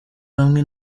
hamwe